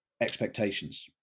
expectations